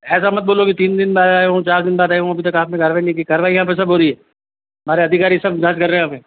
ऐसा मत बोलो कि तीन दिन बाद आया हूँ चार दिन बाद आ जाऊँगा अभी तक आपने कार्यवाही नहीं की कार्यवाही यहाँ पर सब हो रही हैं हमारे अधिकारी सब जाँच कर रहे अभी